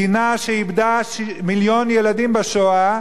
מדינה שאיבדה מיליון ילדים בשואה,